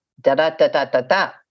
da-da-da-da-da-da